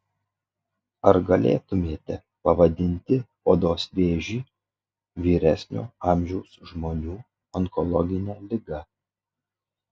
ar galėtumėte pavadinti odos vėžį vyresnio amžiaus žmonių onkologine liga